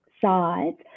sides